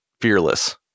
Fearless